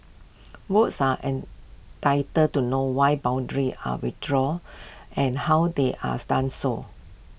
votes are entitled to know why boundaries are redrawn and how they are done so